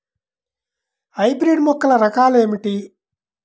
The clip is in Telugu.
హైబ్రిడ్ మొక్కల రకాలు ఏమిటి?